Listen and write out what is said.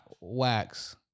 wax